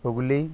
Hooghly